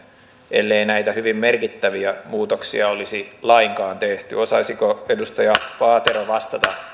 ellei näitä hyvin merkittäviä muutoksia olisi lainkaan tehty osaisiko edustaja paatero vastata